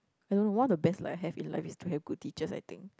I don't know one of the best that I have in life is to have good teachers I think